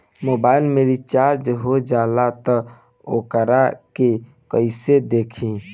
Mobile में recharge हो जाला त वोकरा के कइसे देखी?